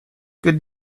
good